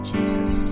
Jesus